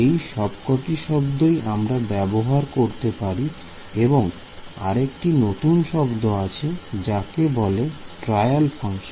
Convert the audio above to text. এই সবকটি শব্দই আমরা ব্যবহার করতে পারি এবং আরেকটি নতুন শব্দ আছে যাকে বলে ট্রায়াল ফাংশন